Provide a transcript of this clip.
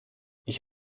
ich